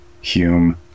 Hume